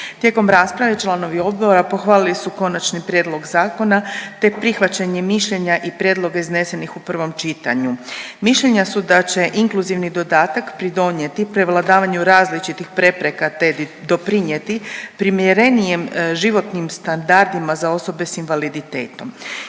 Tijekom rasprave članovi odbora pohvalili su Konačni prijedlog zakona, te prihvaćanje mišljenja i prijedloga iznesenih u prvom čitanju. Mišljenja su da će inkluzivni dodatak pridonijeti prevladavanju različitih prepreka, te doprinjeti primjerenijim životnim standardima za osobe sa invaliditetom.